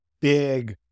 big